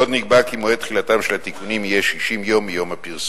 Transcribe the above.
עוד נקבע כי מועד תחילתם של התיקונים יהיה 60 ימים מיום הפרסום.